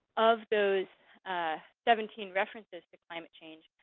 of those seventeen references to climate change,